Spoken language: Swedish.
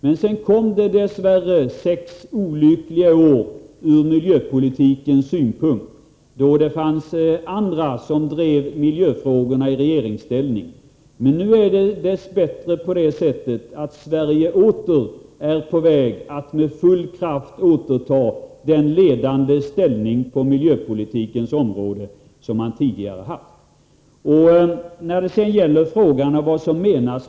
Men sedan kom dess värre sex olyckliga år ur miljöpolitikens synpunkt då det fanns andra som drev miljöfrågorna i regeringsställning. Nu är det dess bättre så att Sverige åter är på väg att med full kraft återta den ledande ställning på miljöpolitikens område som vårt land tidigare hade.